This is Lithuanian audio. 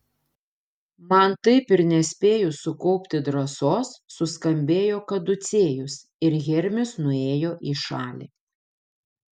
man taip ir nespėjus sukaupti drąsos suskambėjo kaducėjus ir hermis nuėjo į šalį